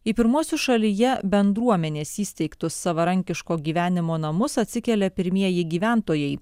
į pirmuosius šalyje bendruomenės įsteigtus savarankiško gyvenimo namus atsikelia pirmieji gyventojai